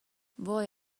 وای